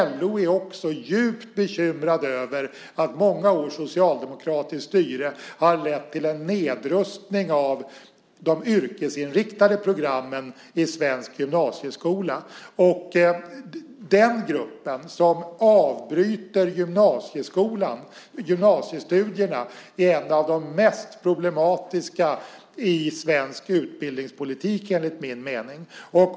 LO är också djupt bekymrat över att många års socialdemokratiskt styre har lett till en nedrustning av de yrkesinriktade programmen i svensk gymnasieskola. Den grupp som avbryter gymnasiestudierna är en av de mest problematiska i svensk utbildningspolitik, enligt min mening.